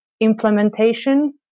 implementation